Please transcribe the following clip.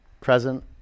present